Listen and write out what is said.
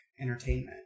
Entertainment